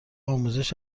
آموزش